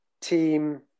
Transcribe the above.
team